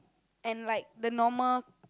and like the normal